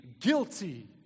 guilty